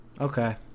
Okay